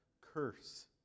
curse